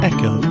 Echo